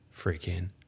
freaking